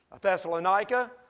Thessalonica